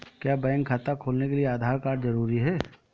क्या बैंक खाता खोलने के लिए आधार कार्ड जरूरी है?